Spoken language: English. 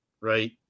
right